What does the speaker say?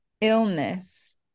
illness